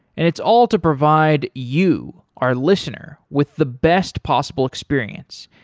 and it's all to provide you, our listener, with the best possible experience.